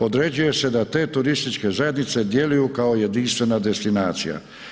Određuje se da te turističke zajednice djeluju kao jedinstvene destinacija.